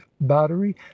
battery